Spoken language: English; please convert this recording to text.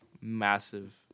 massive